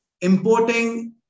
Importing